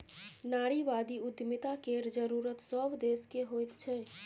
नारीवादी उद्यमिता केर जरूरत सभ देशकेँ होइत छै